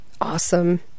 Awesome